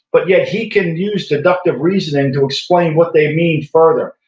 but yet he can use deductive reasoning to explain what they mean further.